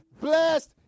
blessed